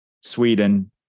Sweden